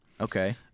okay